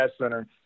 Center